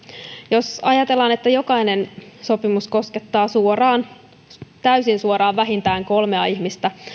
jos ajatellaan että jokainen sopimus koskettaa täysin suoraan vähintään kolmea ihmistä